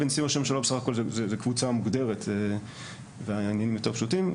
בנשיאים וראשי ממשלה בסך הכול זה קבוצה מוגדרת והעניינים יותר פשוטים.